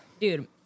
Dude